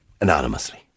Anonymously